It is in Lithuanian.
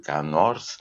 ką nors